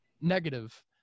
negative